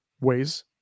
ways